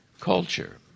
culture